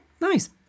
Nice